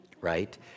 right